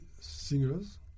singers